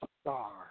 Star